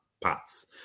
paths